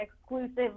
exclusive